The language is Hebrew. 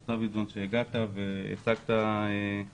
לאהוד דודסון שהגיע והציג בפנינו.